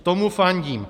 Tomu fandím.